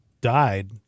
died